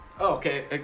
okay